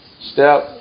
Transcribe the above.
step